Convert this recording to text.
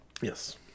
Yes